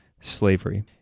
slavery